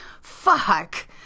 fuck